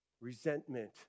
resentment